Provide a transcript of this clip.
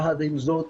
יחד עם זאת,